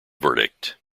verdict